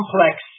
complex